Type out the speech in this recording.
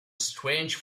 strange